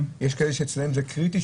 יש כאלה שאצלם היציאה היא קריטית,